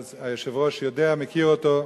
שהיושב-ראש יודע, מכיר אותו,